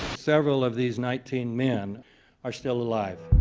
several of these nineteen men are still alive.